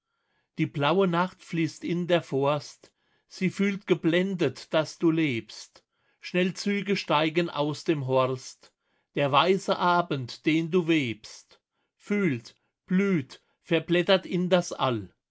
die blaue nacht fließt in der forst sie fühlt geblendet daß du lebst schnellzüge steigen aus dem horst der weiße abend den du webst fühlt blüht verblättert in das all